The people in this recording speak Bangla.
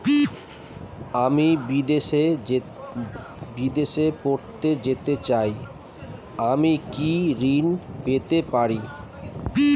আমি বিদেশে পড়তে যেতে চাই আমি কি ঋণ পেতে পারি?